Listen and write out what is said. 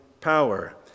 power